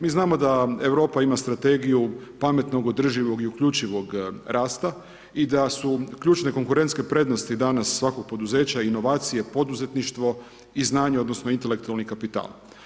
Mi znamo da Europa ima Strategiju pametnog, održivog i uključivog rasta i da su ključne konkurentske prednosti danas svakog poduzeća inovacije poduzetništvo i znanje odnosno intelektualni kapital.